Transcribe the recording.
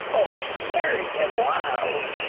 oh, terry, get wild.